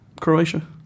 Croatia